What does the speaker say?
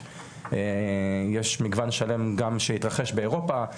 יש מגוון שלם גם שהתרחש באירופה,